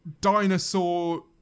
dinosaur